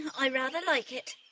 i rather like it.